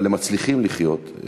אבל הם מצליחים לחיות,